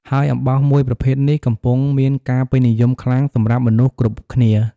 ហើយអំបោសមួយប្រភេទនេះ កំពុងតែមានការពេញនិយមខ្លាំងសម្រាប់មនុស្សគ្រប់គ្នា។